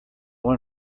one